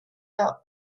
dot